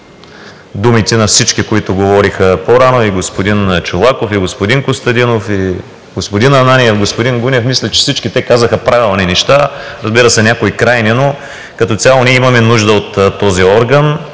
думите на всички, които говориха по-рано – и господин Чолаков, и господин Костадинов, и господин Ананиев, и господин Ганев. Мисля, че всички те казаха правилни неща, разбира се, някои крайни, но като цяло имаме нужда от този орган